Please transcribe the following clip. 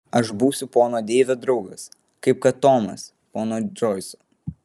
aš būsiu pono deivio draugas kaip kad tomas pono džoiso